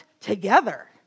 together